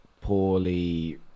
poorly